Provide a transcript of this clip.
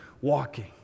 walking